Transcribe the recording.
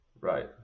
right